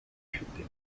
ifite